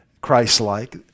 Christ-like